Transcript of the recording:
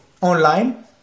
online